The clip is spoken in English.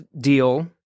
deal